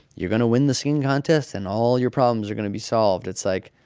you're going to win the singing contest and all your problems are going to be solved. it's, like,